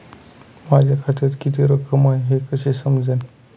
माझ्या खात्यात किती रक्कम आहे हे कसे समजेल?